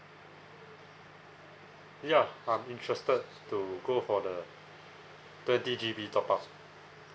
ya I'm interested to go for the twenty G_B top up